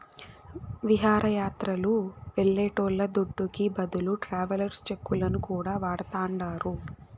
విహారయాత్రలు వెళ్లేటోళ్ల దుడ్డుకి బదులు ట్రావెలర్స్ చెక్కులను కూడా వాడతాండారు